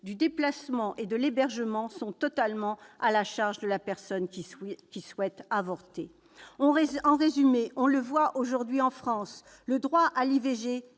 au déplacement et à l'hébergement sont totalement à la charge de la personne qui souhaite avorter. En résumé, on le voit, aujourd'hui en France, le droit à l'IVG